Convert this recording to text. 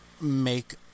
make